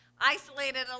isolated